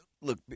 look